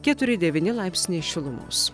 keturi devyni laipsniai šilumos